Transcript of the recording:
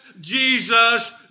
Jesus